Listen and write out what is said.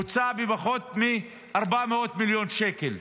ובוצעו פחות מ-400 מיליון שקל,